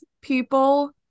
people